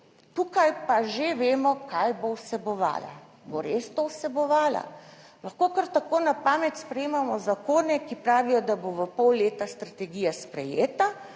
tukaj pa že vemo kaj bo vsebovala. Bo res to vsebovala? Lahko kar tako na pamet sprejemamo zakone, ki pravijo, da bo v pol leta strategija sprejeta